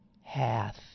hath